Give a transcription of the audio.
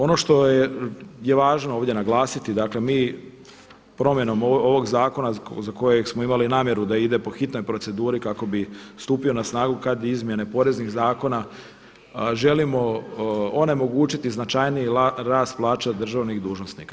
Ono što je važno ovdje naglasiti dakle mi promjenom ovog zakona za kojeg smo imali namjeru da ide po hitnoj proceduri kako bi stupio na snagu kad i izmjene poreznih zakona želimo onemogućiti značajniji rast plaća državnih dužnosnika.